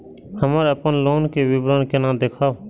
हमरा अपन लोन के विवरण केना देखब?